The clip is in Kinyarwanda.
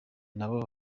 nabo